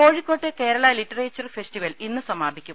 കോഴിക്കോട്ട് Kerala literature festival വൈകീട്ട് സമാപിക്കും